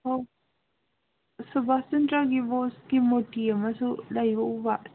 ꯑꯧ ꯁꯨꯕꯥꯁꯆꯟꯗ꯭ꯔꯥ ꯕꯣꯁꯀꯤ ꯃꯨꯔꯇꯤ ꯑꯃꯁꯨ ꯂꯩꯕ ꯎꯕ